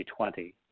2020